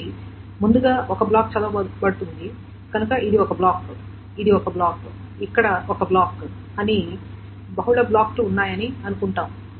కాబట్టి ముందుగా ఒక బ్లాక్ చదవబడుతుంది కనుక ఇది ఒక బ్లాక్ ఇది ఒక బ్లాక్ ఇక్కడ ఒక బ్లాక్ అని బహుళ బ్లాక్లు ఉన్నాయని అనుకుందాం